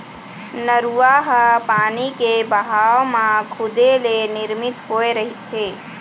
नरूवा ह पानी के बहाव म खुदे ले निरमित होए रहिथे